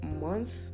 month